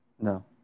No